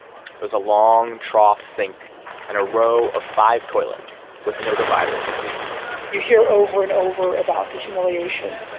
there's a long trough sink and a row of five toilets with no dividers between them you hear over and over about the humiliation.